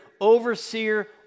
overseer